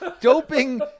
Doping